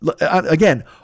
Again